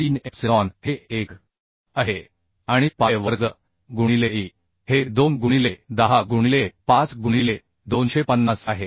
3 epsilon हे 1 आहे आणि पाय वर्ग गुणिले e हे 2 गुणिले 10 गुणिले 5 गुणिले 250 आहे